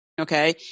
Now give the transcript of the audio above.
Okay